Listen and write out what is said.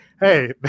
hey